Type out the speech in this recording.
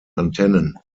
antennen